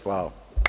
Hvala.